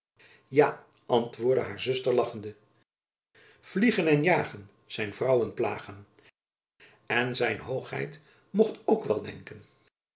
ja antwoordde haar zuster lachende vliegen en jagen zijn vrouwen plagen en z hoogheid mocht ook wel denken